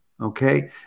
Okay